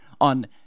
on